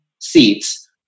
seats